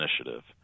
Initiative